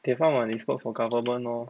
铁饭碗 is work for government orh